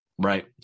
Right